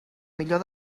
millor